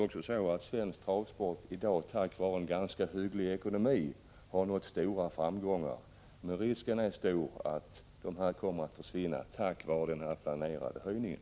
Tack vare en ganska hygglig ekonomi har svensk travsport i dag nått stora framgångar. Risken är stor att dessa kommer att försvinna på grund av den planerade höjningen.